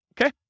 okay